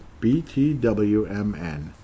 btwmn